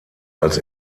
als